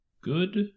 good